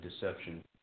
deception